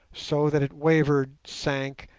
so that it wavered, sank,